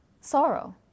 sorrow